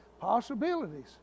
Possibilities